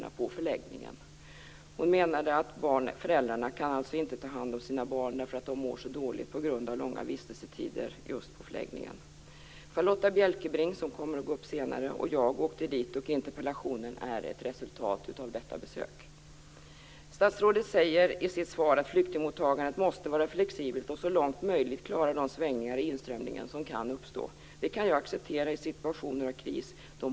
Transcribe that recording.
Avser regeringen vidta åtgärder för att asylsökande barn i grundskoleåldern skall få samma rätt till utbildning som svenska barn? Avser regeringen vidta åtgärder för att asylsökande ungdomar mellan 16 och 18 år skall få samma rätt till utbildning som svenska ungdomar? Och slutligen: Vilka åtgärder avser regeringen vidta för att meningsfull sysselsättning utöver städning och matlagning skall erbjudas på samtliga förläggningar? Fru talman!